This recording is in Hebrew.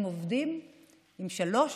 הם עובדים עם שלוש